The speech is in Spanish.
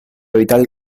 vital